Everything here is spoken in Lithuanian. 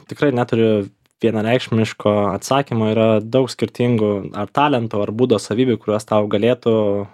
tikrai neturiu vienareikšmiško atsakymo yra daug skirtingų ar talentų ar būdo savybių kurios tau galėtų